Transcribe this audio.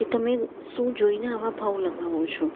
કે તમે શું જોઈને આવા ભાવ લગાવો છો